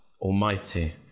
Almighty